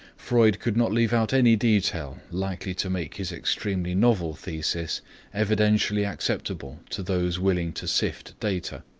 freud could not leave out any detail likely to make his extremely novel thesis evidentially acceptable to those willing to sift data.